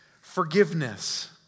forgiveness